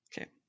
Okay